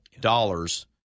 dollars